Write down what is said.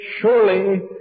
surely